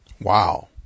wow